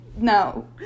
no